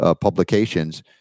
publications